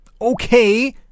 okay